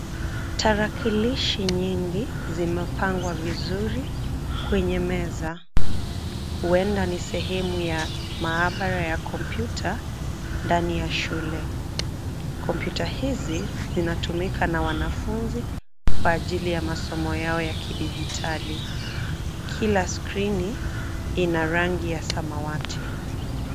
Tarakilishi nyingi zimepangwa vizuri kwenye meza. Huenda ni sehemu ya maabara ya kompyuta ndani ya shule. Kompyuta hizi zinatumika na wanafunzi kwa ajili ya masomo yao ya kidijitali. Kila skrini ina rangi ya samawati.